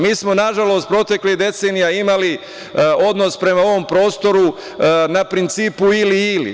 Mi smo, nažalost, proteklih decenija imali odnos prema ovom prostoru na principu ili - ili.